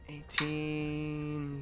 Eighteen